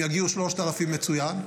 אם יגיעו 3,000, מצוין,